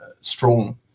strong